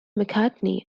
mccartney